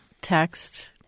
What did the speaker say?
text